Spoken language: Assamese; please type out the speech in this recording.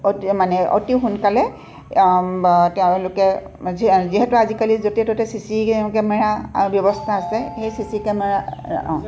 অতি মানে অতি সোনকালে তেওঁলোকে যি যিহেতু আজিকালি য'তে ত'তে চি চি কেমেৰা ব্যৱস্থা আছে সেই চি চি কেমেৰা অঁ